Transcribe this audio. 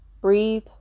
Breathe